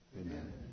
Amen